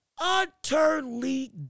utterly